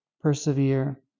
persevere